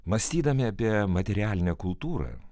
mąstydami apie materialinę kultūrą